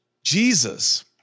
Jesus